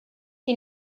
you